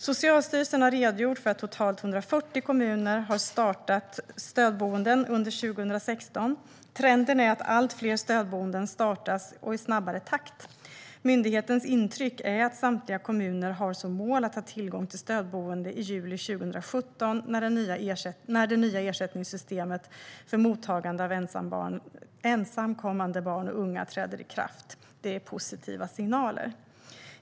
Socialstyrelsen har redogjort för att totalt 140 kommuner har startat stödboenden under 2016. Trenden är att allt fler stödboenden startas, och det sker i snabbare takt. Myndighetens intryck är att samtliga kommuner har som mål att ha tillgång till stödboende i juli 2017, när det nya ersättningssystemet för mottagande av ensamkommande barn och unga träder i kraft. Det är positiva signaler.